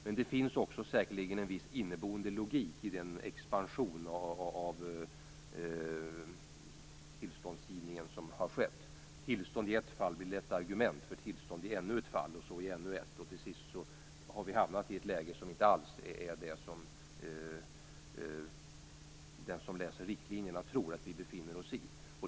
Men det finns också säkerligen en viss inneboende logik i den expansion av tillståndsgivning som har skett. Tillstånd i ett fall blir lätt ett argument för tillstånd i ännu ett fall, och så i ännu ett. Till sist har vi hamnat i ett läge som inte alls är det som den som läser riktlinjerna tror att vi befinner oss i.